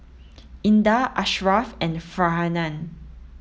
Indah Ashraf and Farhanah